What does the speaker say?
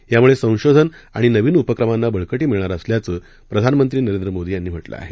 या मुळे संशोधन आणि नवीन उपक्रमांना बळकटी मिळणार असल्याचं प्रधानमंत्री नरेंद्र मोदी यांनी म्हटलं आहे